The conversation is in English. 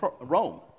Rome